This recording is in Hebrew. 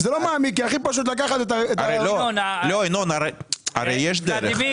כי הכי פשוט לקחת --- לא ינון הרי יש דרך.